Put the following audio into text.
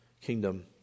kingdom